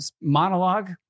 monologue